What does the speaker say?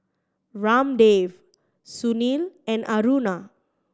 Ramdev Sunil and Aruna